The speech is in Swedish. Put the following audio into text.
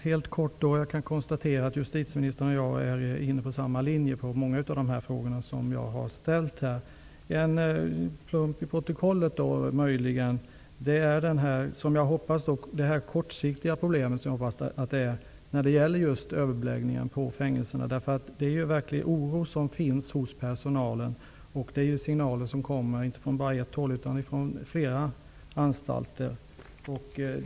Herr talman! Jag kan konstatera att justitieministern och jag är inne på samma linje när det gäller många av de frågor som jag har ställt. En plump i protokollet är möjligen det, hoppas jag, kortsiktiga problemet med överbeläggningen på fängelserna. Hos personalen finns en verklig oro. Signaler om detta kommer inte bara från ett håll, utan från flera anstalter.